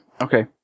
Okay